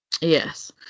Yes